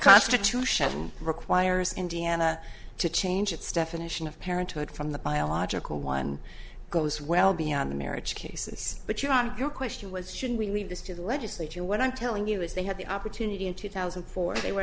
constitution requires indiana to change its definition of parenthood from the biological one goes well beyond the marriage cases but you on your question was should we leave this to the legislature what i'm telling you is they had the opportunity in two thousand and four they were